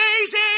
amazing